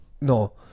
No